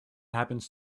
happens